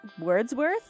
Wordsworth